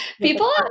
People